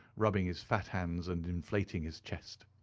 rubbing his fat hands and inflating his chest.